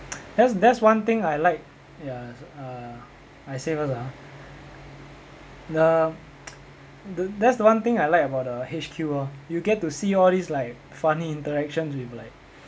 that's that's one thing I like ya uh I say first ah the the that's one thing I like about the H_Q lor you get to see all these like funny interactions with like